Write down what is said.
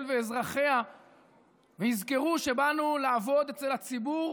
ואזרחיה ויזכרו שבאנו לעבוד אצל הציבור